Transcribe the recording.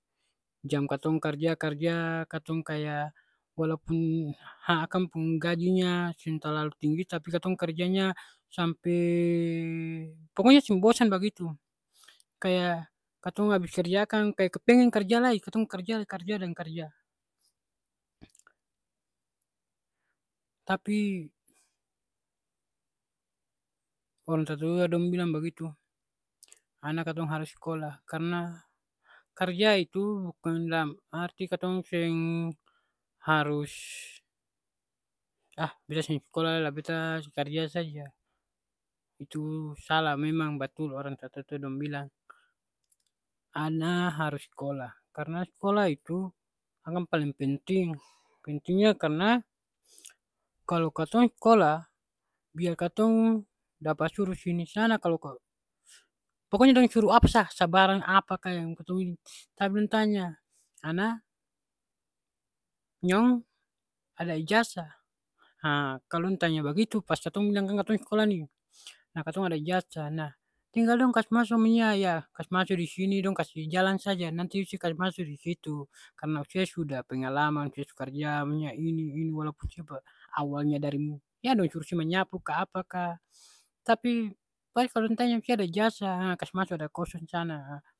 Jam katong karja, karja, katong kaya walaupun ha akang pung gajinya seng talalu tinggi tapi katong kerjanya sampe pokonya seng bosan bagitu. Kaya katong abis karja akang kaya pengen karja lai, katong karja lai, karja deng karja. Tapi orang tatua dong bilang bagitu, ana katong harus skolah, karna karja itu bukan dalam arti katong seng harus, ah beta seng skolah lai la beta karja saja. Itu salah, memang batul orang tatua tu dong bilang. Ana harus skolah karena skolah itu akang paleng penting. Pentingnya karna, kalo katong skolah, biar katong dapa suru sini sana kalo ko, pokonya dong suruh apa sah, sabarang apa ka yang katong biking. Tapi dong tanya, ana nyong ada ijazah? Ha, kalo dong tanya bagitu pas katong bilang kan katong skolah ni. Nah katong ada ijazah. Nah, tinggal dong kas maso, munya yah kas maso di sini, dong kasi jalang saja. Nanti se kas masu di situ, karna ose sudah pengalaman, se su karja, munya ini ini walaupun se pe, awalnya dari ya dong suruh se manyapu ka apa ka, tapi bae kalo dong tanya se ada ijazah, ha kas masu ada kosong sana